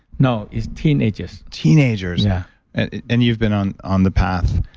no, is teenagers teenagers? yeah and and you've been on on the path.